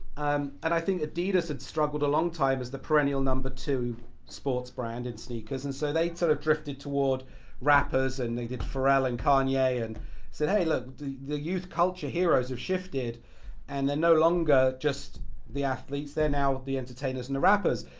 um and i think adidas had struggled a long time as the perennial number two sports brand in sneakers. and so they sort of drifted toward rappers and they did pharrell and kanye. and said, hey look the the youth culture heroes have shifted and they're no longer just the athletes they're now the entertainers and the rappers.